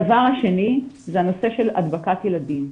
דבר שני זה הנושא של הדבקת ילדים.